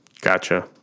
Gotcha